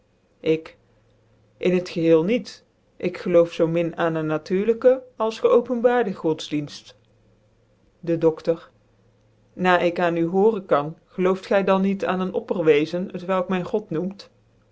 ik in het geheel niet ik geloof zoo min aan een natuurlijke als geopenbaarde godsdicnft de dodor na ik aan u horen kan gelooft gy dan niet aan een opperwezen t welk men god noemt